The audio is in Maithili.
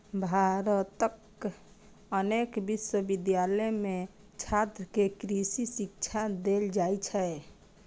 भारतक अनेक विश्वविद्यालय मे छात्र कें कृषि शिक्षा देल जाइ छै